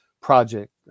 project